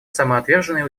самоотверженные